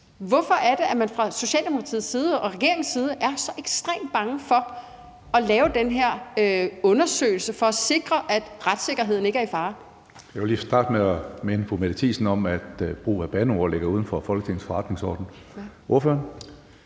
Hvorfor er det, man fra Socialdemokratiets side og regeringens side er så ekstremt bange for at lave den her undersøgelse for at sikre, at retssikkerheden ikke er i fare? Kl. 17:02 Tredje næstformand (Karsten Hønge): Jeg vil lige starte med at minde fru Mette Thiesen om, at brugen af bandeord ligger uden for Folketingets forretningsorden. Ordføreren.